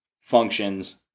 functions